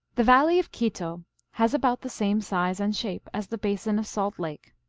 the valley of quito has about the same size and shape as the basin of salt lake,